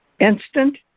Instant